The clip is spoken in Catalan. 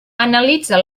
analitza